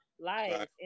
life